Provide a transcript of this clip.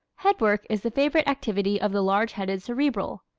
head work is the favorite activity of the large-headed cerebral.